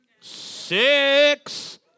six